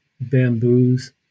bamboos